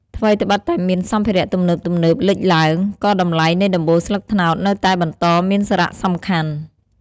ថ្វីត្បិតតែមានសម្ភារៈទំនើបៗលេចឡើង ក៏តម្លៃនៃដំបូលស្លឹកត្នោតនៅតែបន្តមានសារៈសំខាន់។